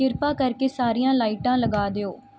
ਕਿਰਪਾ ਕਰਕੇ ਸਾਰੀਆਂ ਲਾਈਟਾਂ ਲਗਾ ਦਿਓ